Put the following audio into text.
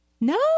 No